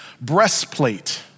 breastplate